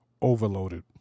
overloaded